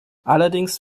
allerdings